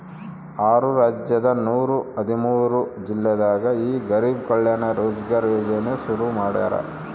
ಆರು ರಾಜ್ಯದ ನೂರ ಹದಿಮೂರು ಜಿಲ್ಲೆದಾಗ ಈ ಗರಿಬ್ ಕಲ್ಯಾಣ ರೋಜ್ಗರ್ ಯೋಜನೆ ಶುರು ಮಾಡ್ಯಾರ್